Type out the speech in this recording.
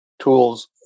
tools